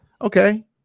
Okay